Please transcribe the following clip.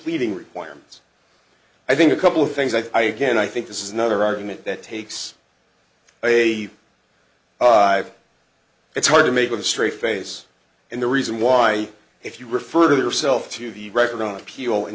pleading requirements i think a couple of things i can i think this is another argument that takes a it's hard to make with a straight face and the reason why if you refer to yourself to the record on appeal and